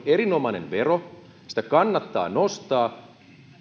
erinomainen vero sitä kannattaa nostaa